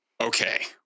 okay